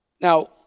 Now